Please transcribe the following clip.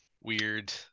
weird